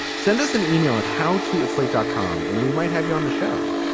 send us an ah e-mail and how to add slate dot com. and we might have you on the show.